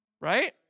right